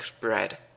bread